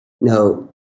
no